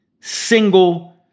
single